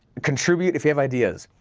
contribute if you have ideas.